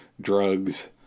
drugs